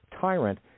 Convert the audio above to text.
tyrant